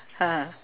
(uh huh)